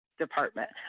Department